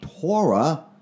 Torah